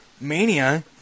Mania